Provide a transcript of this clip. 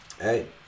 hey